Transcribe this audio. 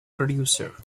producer